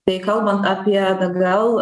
tai kalbant apie dgl